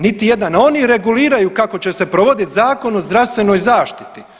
Niti jedan, a oni reguliraju kako će se provoditi Zakon o zdravstvenoj zaštiti.